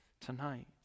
tonight